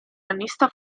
ranista